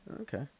Okay